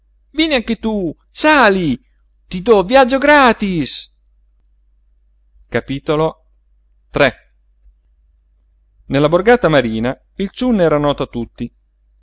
vieni anche tu sali ti do viaggio gratis nella borgata marina il ciunna era noto a tutti